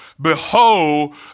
behold